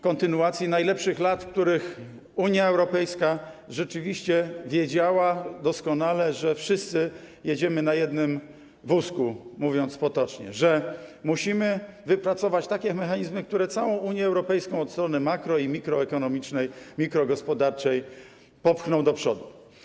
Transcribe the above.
kontynuacji najlepszych lat, kiedy Unia Europejska rzeczywiście wiedziała doskonale, że wszyscy jedziemy na jednym wózku, mówiąc potocznie, że musimy wypracować takie mechanizmy, które całą Unię Europejską od strony makro- i mikroekonomicznej, mikrogospodarczej popchną do przodu.